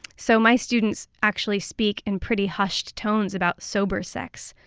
so my students actually speak in pretty hushed tones about sober sex.